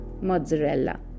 mozzarella